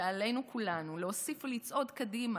עלינו כולנו להוסיף ולצעוד קדימה,